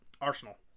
Arsenal